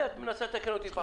הרי את מנסה לתקן אותי פעמיים.